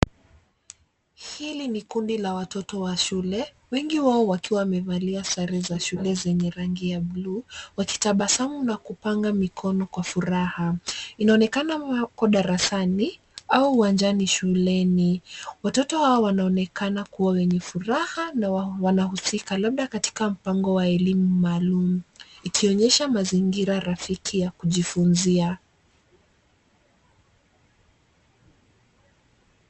Hili ni kundi la watoto wa shule, wengi wao wakiwa wamevalia sare za shule zenye rangi ya buluu wakitabasamu na kupanga mikono kwa furaha. Inaonekana wako darasani au uwanjani shuleni. Watoto hawa wanaonekana kuwa wenye furaha na wanahusika labda katika mpango wa elimu maalum, ikionyesha mazingira ya rafiki ya kujifunzia.